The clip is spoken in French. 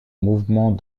mouvement